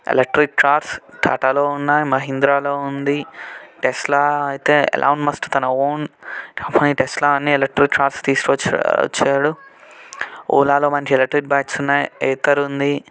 electric cars టాటాలో ఉన్నాయి మహేంద్రలో ఉంది టెస్లా అయితే ఎలాన్ మస్క్ తన ఓన్ కంపెనీ టెస్లా అనే ఎలక్ట్రిక్ కార్స్ తీసుకొ చ్చాడు ఓలాలో మంచి ఎలక్ట్రిక్ బైక్స్ ఉన్నాయి ఏతర్ ఉంది